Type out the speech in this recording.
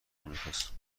امریکاست